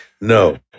No